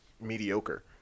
mediocre